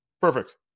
Perfect